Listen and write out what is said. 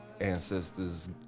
ancestors